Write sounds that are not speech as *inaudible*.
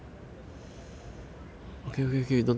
*noise* !huh! ya